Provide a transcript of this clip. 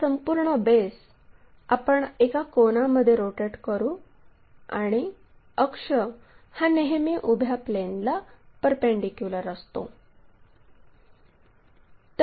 हा संपूर्ण बेस आपण एका कोनामध्ये रोटेट करू आणि अक्ष हा नेहमी उभ्या प्लेनला परपेंडीक्युलर असतो